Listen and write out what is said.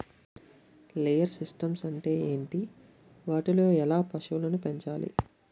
Layer systems అంటే ఏంటి? వాటిలో ఎలా పశువులను పెంచాలి?